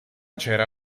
cera